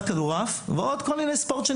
450 משחקי כדור-יד וכדורעף ועוד כל מיני אירועי ספורט.